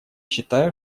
считаю